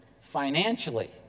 financially